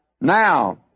Now